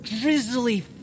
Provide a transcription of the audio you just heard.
drizzly